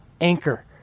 anchor